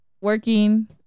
working